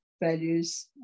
values